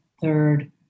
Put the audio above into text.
third